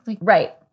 Right